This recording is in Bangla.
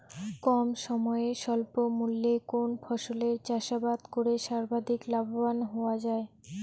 কম সময়ে স্বল্প মূল্যে কোন ফসলের চাষাবাদ করে সর্বাধিক লাভবান হওয়া য়ায়?